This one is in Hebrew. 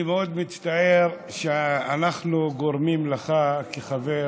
אני מאוד מצטער שאנחנו גורמים לך כחבר